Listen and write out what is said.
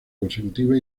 consecutiva